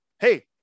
Hey